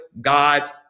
God's